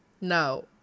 No